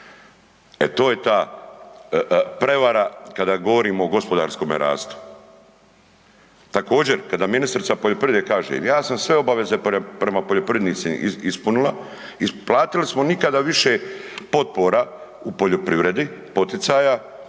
E, to je ta prevara kada govorimo o gospodarskome rastu. Također kada ministrica poljoprivrede kaže ja sam sve obaveze prema poljoprivrednicima ispunila, isplatiti smo nikada više potpora u poljoprivredi, poticaja,